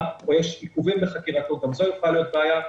או שיש עיכובים בחקירתו זו גם יכולה להיות בעיה.